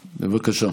בבקשה.